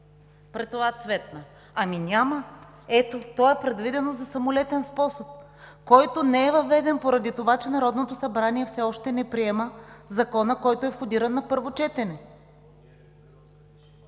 (Показва цветна скица.) То е предвидено за самолетен способ, който не е въведен поради това, че Народното събрание все още не приема закона, който е входиран на първо четене.